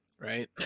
right